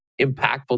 impactful